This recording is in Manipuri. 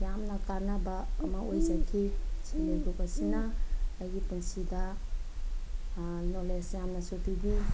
ꯌꯥꯝꯅ ꯀꯥꯟꯅꯕ ꯑꯃ ꯑꯣꯏꯖꯈꯤ ꯁꯦꯜꯐ ꯍꯦꯜꯞ ꯒ꯭ꯔꯨꯞ ꯑꯁꯤꯅ ꯑꯩꯒꯤ ꯄꯨꯟꯁꯤꯗ ꯅꯣꯂꯦꯖ ꯌꯥꯝꯅꯁꯨ ꯄꯤꯕꯤ